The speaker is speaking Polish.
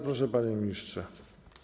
Proszę, panie ministrze.